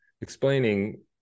explaining